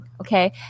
Okay